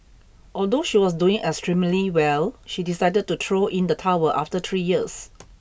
although she was doing extremely well she decided to throw in the towel after three years